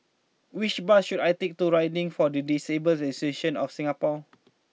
which bus should I take to riding for the Disabled Association of Singapore